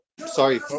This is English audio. Sorry